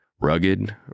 Rugged